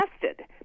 tested